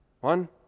One